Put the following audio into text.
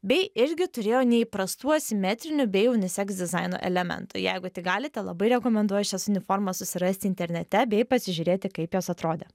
bei irgi turėjo neįprastų asimetrinių bei uniseks dizaino elementų jeigu tik galite labai rekomenduoju šias uniformas susirasti internete bei pasižiūrėti kaip jos atrodė